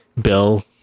bill